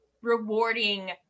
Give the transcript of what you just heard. rewarding